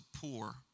poor